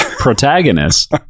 Protagonist